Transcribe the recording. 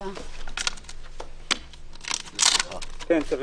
הישיבה ננעלה בשעה 16:00.